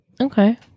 Okay